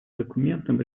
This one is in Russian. документом